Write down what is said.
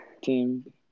team